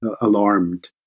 alarmed